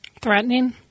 threatening